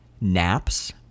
naps